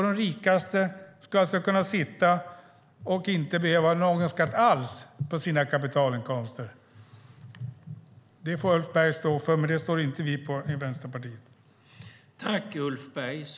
De rikaste ska alltså kunna sitta och inte behöva betala någon skatt alls på sina kapitalinkomster. Det får Ulf Berg stå för, men det står inte vi i Vänsterpartiet för.